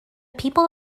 people